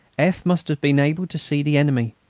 f. must have been able to see the enemy,